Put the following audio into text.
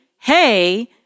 hey